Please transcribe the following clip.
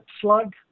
slug